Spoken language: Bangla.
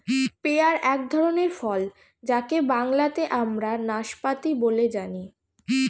পেয়ার এক ধরনের ফল যাকে বাংলাতে আমরা নাসপাতি বলে জানি